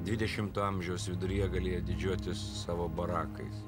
dvidešimto amžiaus viduryje galėjo didžiuotis savo barakais